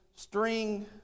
String